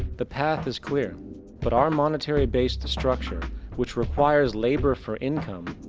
the path is clear but our monetary based structure which requires labour for income,